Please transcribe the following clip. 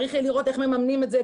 צריך לראות איך מממנים את זה.